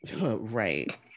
Right